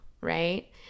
right